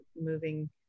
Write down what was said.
moving